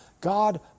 God